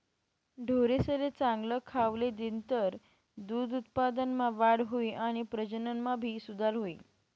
ढोरेसले चांगल खावले दिनतर दूध उत्पादनमा वाढ हुई आणि प्रजनन मा भी सुधार हुई